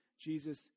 Jesus